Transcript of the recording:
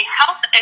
health